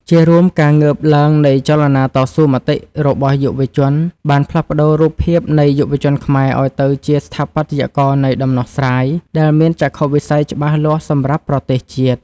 ជារួម ការងើបឡើងនៃចលនាតស៊ូមតិរបស់យុវជន បានផ្លាស់ប្តូររូបភាពនៃយុវជនខ្មែរឱ្យទៅជា ស្ថាបត្យករនៃដំណោះស្រាយ ដែលមានចក្ខុវិស័យច្បាស់លាស់សម្រាប់ប្រទេសជាតិ។